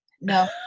no